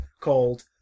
called